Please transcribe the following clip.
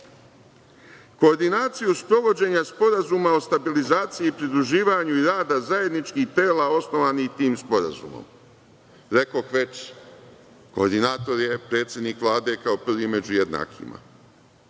analitikom. Koordinaciju sprovođenja Sporazuma o stabilizaciji i pridruživanju i rada zajedničkih tela osnovanih tim sporazumom. Rekoh već, koordinator je predsednik Vlade kao prvi među jednakima.